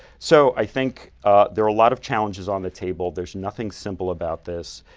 so i think there are a lot of challenges on the table, there's nothing simple about this.